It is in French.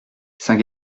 saint